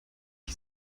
die